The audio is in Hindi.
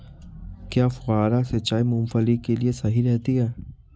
क्या फुहारा सिंचाई मूंगफली के लिए सही रहती है?